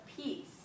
peace